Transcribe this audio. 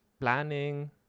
planning